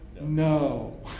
no